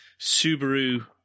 Subaru